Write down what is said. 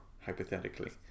hypothetically